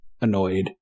annoyed